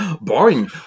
boring